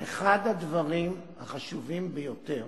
אחד הדברים החשובים ביותר